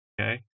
Okay